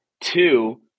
Two